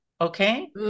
okay